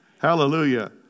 Hallelujah